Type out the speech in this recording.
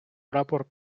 прапор